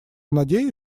надеюсь